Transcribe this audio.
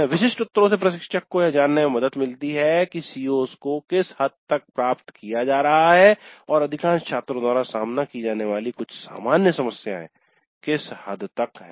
विशिष्ट उत्तरों से प्रशिक्षक को यह जानने में मदद मिलती है कि CO's को किस हद तक प्राप्त किया जा रहा है और अधिकांश छात्रों द्वारा सामना की जाने वाली कुछ सामान्य समस्याएं किस हद तक हैं